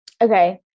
Okay